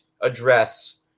address